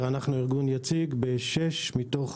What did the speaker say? אנחנו ארגון יציג בשש מתוך